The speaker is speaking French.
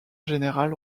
générale